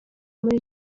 muri